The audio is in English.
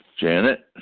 Janet